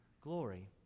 glory